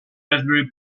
raspberry